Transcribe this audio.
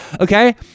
Okay